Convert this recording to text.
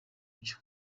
byo